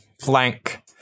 flank